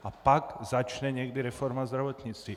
A pak začne někdy reforma zdravotnictví.